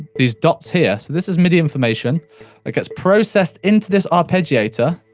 these dots here. so, this is midi information that gets processed into this arpeggiator